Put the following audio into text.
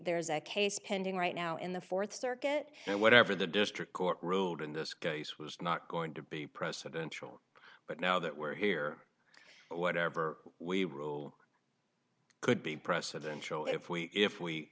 there's a case pending right now in the fourth circuit and whatever the district court ruled in this case was not going to be presidential but now that we're here whatever we rule could be precedential if we if we